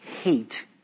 hate